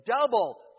double